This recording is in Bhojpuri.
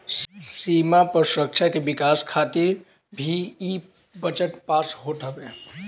सीमा पअ सुरक्षा के विकास खातिर भी इ बजट पास होत हवे